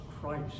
Christ